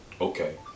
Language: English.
okay